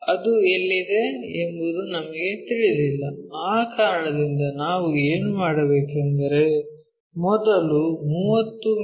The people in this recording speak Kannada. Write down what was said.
ಅದು ಎಲ್ಲಿದೆ ಎಂಬುದು ನಮಗೆ ತಿಳಿದಿಲ್ಲ ಆ ಕಾರಣದಿಂದ ನಾವು ಏನು ಮಾಡಬೇಕೆಂದರೆ ಮೊದಲು 30 ಮಿ